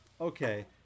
okay